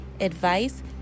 advice